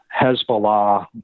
hezbollah